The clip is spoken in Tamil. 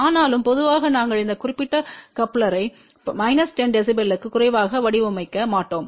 ஆனாலும் பொதுவாக நாங்கள் இந்த குறிப்பிட்ட கோப்பலரை 10 dBக்கு குறைவாக வடிவமைக்க மாட்டோம்